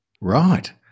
Right